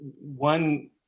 one